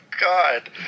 god